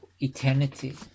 eternity